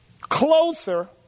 closer